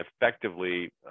effectively